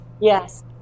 Yes